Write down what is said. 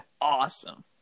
awesome